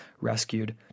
rescued